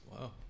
wow